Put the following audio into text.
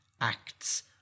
acts